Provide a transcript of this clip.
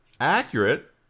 accurate